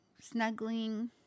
snuggling